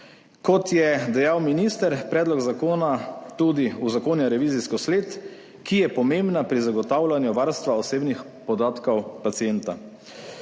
Kot je dejal minister, predlog zakona tudi uzakonja revizijsko sled, ki je pomembna pri zagotavljanju varstva osebnih podatkov pacienta.